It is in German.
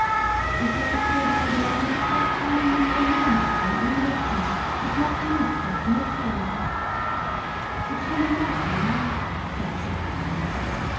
ich las gerade einen sehr spannenden roman aus dem englischen und mochte nicht gleich mitgehen ich komme nachher nach sagte ich